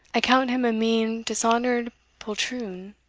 account him a mean dishonoured poltroon,